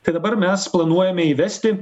tai dabar mes planuojame įvesti